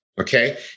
okay